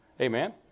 Amen